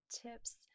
tips